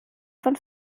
von